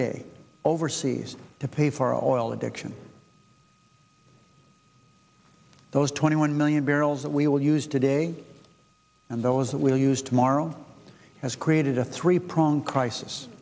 day overseas to pay for oil addiction those twenty one million barrels that we will use today and those that will use tomorrow has created a three pronged crisis